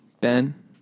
Ben